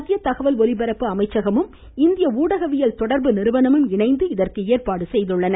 மக்கிய தகவல் ஒலிபரப்பு அமைச்சகமும் இந்திய ஊடகவியல் தொடர்பு நிறுவனமும் இணைந்து இதற்கு ஏற்பாடு செய்துள்ளன